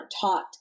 taught